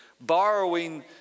borrowing